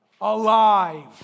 Alive